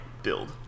build